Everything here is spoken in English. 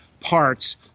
parts